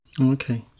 Okay